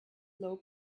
low